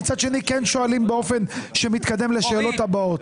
מצד שני כן שואלים באופן שמתקדם לשאלות הבאות.